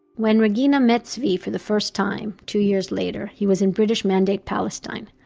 when regina met zvi for the first time, two years later, he was in british mandate palestine.